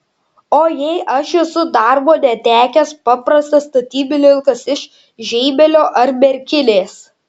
o jei aš esu darbo netekęs paprastas statybininkas iš žeimelio ar merkinės